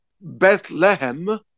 Bethlehem